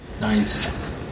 Nice